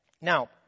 Now